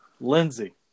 Lindsey